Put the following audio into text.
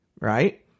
Right